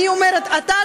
אני אומרת: אתה,